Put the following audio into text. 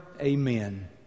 Amen